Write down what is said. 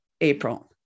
april